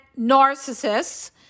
narcissists